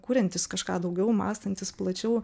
kuriantis kažką daugiau mąstantis plačiau